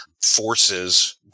forces